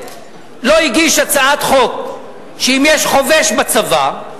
לא הגיש הצעת חוק שאם יש חובש בצבא,